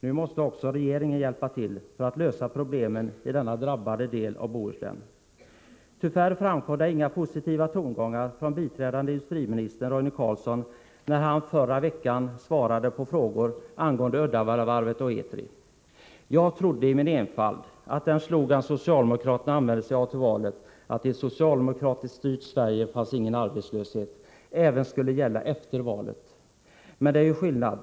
Nu måste också regeringen hjälpa till för att lösa problemen i denna drabbade del av Bohuslän. Tyvärr framkom det inga positiva tongångar från biträdande industriministern, Roine Carlsson, när han förra veckan svarade på frågor angående Uddevallavarvet och Etri. Jag trodde i min enfald att den slogan socialdemokraterna använde sig av till valet, att i ett socialdemokratiskt styrt Sverige finns ingen arbetslöshet, även skulle gälla efter valet. Men det är ju skillnad!